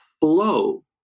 flow